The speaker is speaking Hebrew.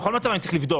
בכל מקרה אני צריך לבדוק.